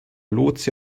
lotse